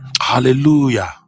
hallelujah